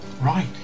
right